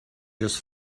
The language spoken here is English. just